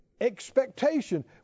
expectation